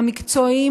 המקצועיים,